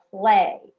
play